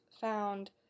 found